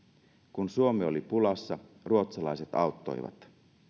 kun suomi oli pulassa ruotsalaiset auttoivat